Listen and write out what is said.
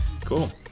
cool